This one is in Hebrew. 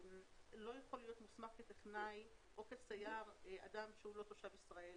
לא יכול להיות מוסמך כטכנאי או כסייר אדם שהוא לא תושב ישראל,